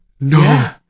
No